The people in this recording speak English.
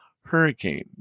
hurricane